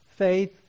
Faith